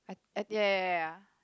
ya